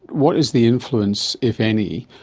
what is the influence, if any,